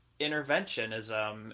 interventionism